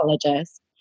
psychologist